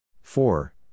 four